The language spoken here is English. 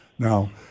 Now